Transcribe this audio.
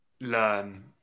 learn